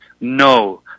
No